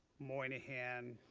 moynihan.